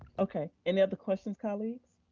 okay, any other questions, colleagues?